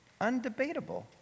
undebatable